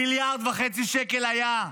מיליארד וחצי שקל היו,